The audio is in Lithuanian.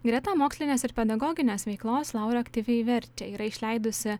greta mokslinės ir pedagoginės veiklos laura aktyviai verčia yra išleidusi